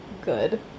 good